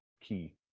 key